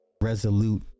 resolute